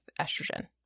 estrogen